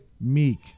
Meek